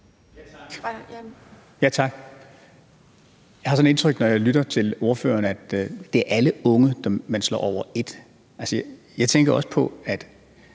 Tak. Jeg har sådan indtryk af, når jeg lytter til ordføreren, at det er alle unge, man ser under et. Jeg tænker også på, at